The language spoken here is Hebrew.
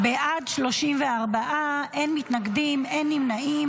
בעד, 34, אין מתנגדים ואין נמנעים.